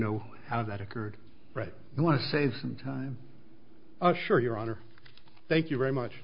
know how that occurred right now want to save some time i'm sure your honor thank you very much